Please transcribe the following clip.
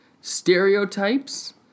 stereotypes